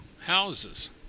houses